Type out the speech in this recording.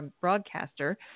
broadcaster